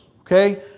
Okay